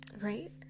right